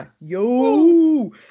yo